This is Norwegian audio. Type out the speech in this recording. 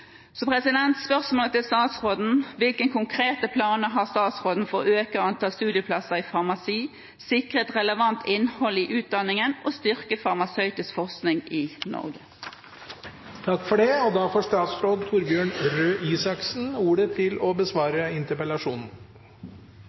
Spørsmålet til statsråden er: Hvilke konkrete planer har statsråden for å øke antall studieplasser i farmasi, sikre et relevant innhold i utdanningen og styrke farmasøytisk forskning i Norge? Jeg har vært en storforbruker av det